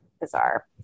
bizarre